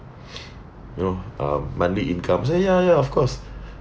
you know um monthly income I say ya ya of course